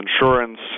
insurance